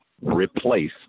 Replace